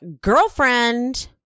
girlfriend